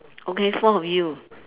okay four of you